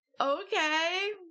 okay